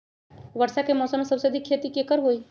वर्षा के मौसम में सबसे अधिक खेती केकर होई?